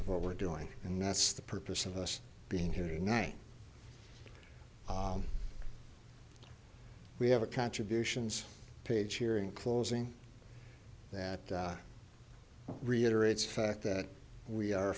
of what we're doing and that's the purpose of us being here tonight we have a contributions page here in closing that reiterate fact that we are